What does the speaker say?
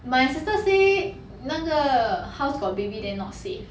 my sister say 那个 house got baby they're not say